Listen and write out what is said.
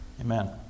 amen